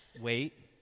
wait